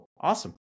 Awesome